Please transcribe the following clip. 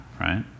right